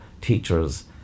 teachers